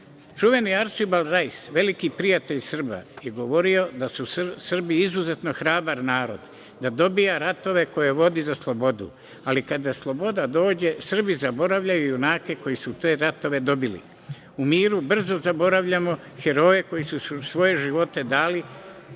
tako. Čuveni Arčibald Rajs, veliki prijatelj Srba, je govorio da su Srbi izuzetno hrabar narod, da dobija ratove koje vodi za slobodu, ali kada sloboda dođe Srbi zaboravljaju junake koji su te ratove dobili. U miru brzo zaboravljamo heroje koji su svoje živote dali